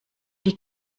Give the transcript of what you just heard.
die